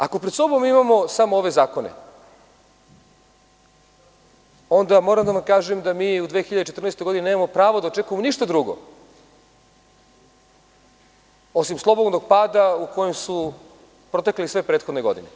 Ako pred sobom imamo samo ove zakone, onda moram da vam kažem da mi u 2014. godini nemamo pravo da očekujemo ništa drugo osim slobodnog pada u kojem su protekle sve prethodne godine.